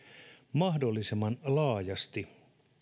mahdollisimman laajasti